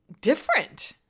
different